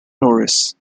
norris